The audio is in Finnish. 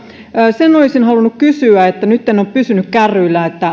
sen olisin halunnut kysyä kun nyt en ole pysynyt kärryillä